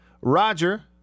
Roger